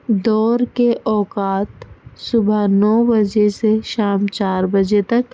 دور کے اوقات صبح نو بجے سے شام چار بجے تک